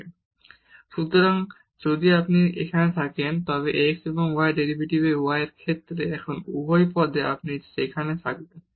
xeue−v ye−uev সুতরাং যদি আপনি এখানে থাকেন তবে x এবং y ডেরিভেটিভের u এর ক্ষেত্রে এখানে উভয় পদে আপনি সেখানে থাকবেন